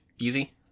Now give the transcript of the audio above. easy